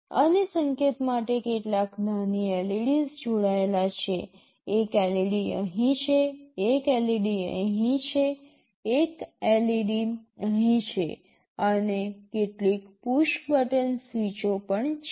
અને સંકેત માટે કેટલાક નાની LEDs જોડાયેલા છે એક LED અહીં છે એક LED અહીં છે એક LED અહીં છે અને કેટલીક પુશ બટન સ્વીચો પણ છે